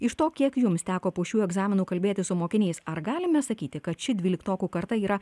iš to kiek jums teko po šių egzaminų kalbėtis su mokiniais ar galime sakyti kad ši dvyliktokų kartą yra